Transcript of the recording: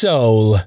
Soul